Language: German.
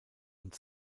und